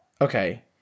Okay